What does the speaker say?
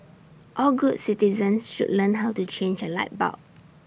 all good citizens should learn how to change A light bulb